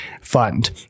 fund